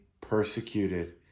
persecuted